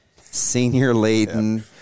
Senior-laden